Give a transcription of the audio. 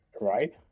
right